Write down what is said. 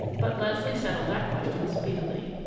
but leslie settled that question speedily.